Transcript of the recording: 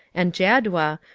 and jaddua,